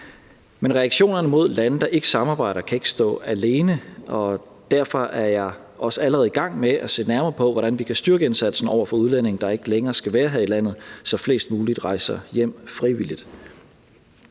Men reaktionerne mod lande, der ikke samarbejder, kan ikke stå alene, og derfor er jeg også allerede i gang med at se nærmere på, hvordan vi kan styrke indsatsen over for udlændinge, der ikke længere skal være her i landet, så flest mulige rejser hjem frivilligt.